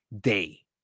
day